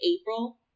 April